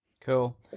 Cool